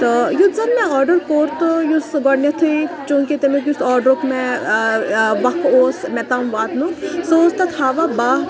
تہٕ یُتھ زَن مےٚ آرڈَر کوٚر تہٕ یُس سُہ گۄڈنیٚتھٕے چوٗنٛکہِ تَمیُک یُس آڈرُک مےٚ وَکھ اوس مےٚ تام واتنُک سُہ اوس تَتھ ہاوان بہہ